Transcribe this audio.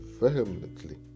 vehemently